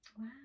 Wow